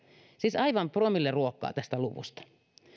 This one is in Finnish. siis aivan promilleluokkaa näissä luvuissa